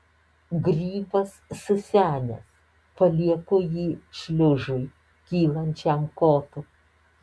grybas susenęs palieku jį šliužui kylančiam kotu